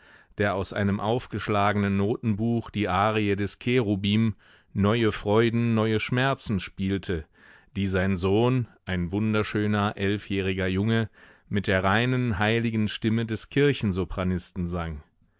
der aus einem aufgeschlagenen notenbuch die arie des cherubim neue freuden neue schmerzen spielte die sein sohn ein wunderschöner elfjähriger junge mit der reinen heiligen stimme des kirchensopranisten sang